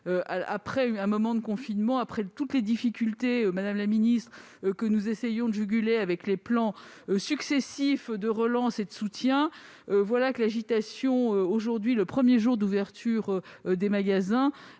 Après le confinement, après toutes les difficultés, madame la ministre, que nous essayons de juguler avec les plans successifs de relance et de soutien, voilà que l'agitation reprend, le premier jour d'ouverture des magasins,